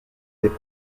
des